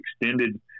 extended